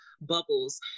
bubbles